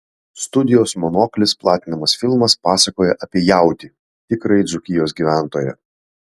studijos monoklis platinamas filmas pasakoja apie jautį tikrąjį dzūkijos gyventoją